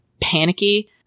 panicky